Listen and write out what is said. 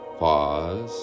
pause